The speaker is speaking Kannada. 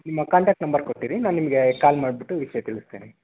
ನಿಮ್ಮ ಕಾಂಟ್ಯಾಕ್ಟ್ ನಂಬರ್ ಕೊಟ್ಟಿರಿ ನಾನು ನಿಮ್ಗೆ ಕಾಲ್ ಮಾಡಿಬಿಟ್ಟು ವಿಷಯ ತಿಳಿಸ್ತೀನಿ